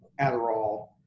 Adderall